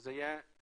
וזה יהיה